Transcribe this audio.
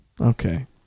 okay